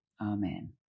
Amen